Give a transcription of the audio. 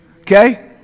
Okay